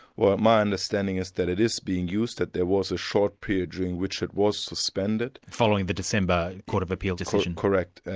well my understanding is that it is being used, that there was a short period during which it was suspended. following the december court of appeal decision? correct.